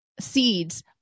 seeds